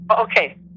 okay